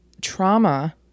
trauma